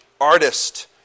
artist